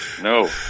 No